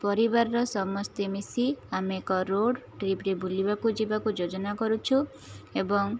ପରିବାରର ସମସ୍ତେ ମିଶି ଆମେ ଏକ ରୋଡ଼ ଟ୍ରିପରେ ବୁଲିବାକୁ ଯିବାକୁ ଯୋଜନା କରୁଛୁ ଏବଂ